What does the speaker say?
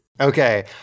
Okay